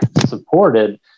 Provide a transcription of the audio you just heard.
supported